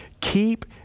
keep